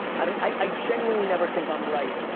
i genuinely never think i'm right,